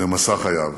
במסע חייו,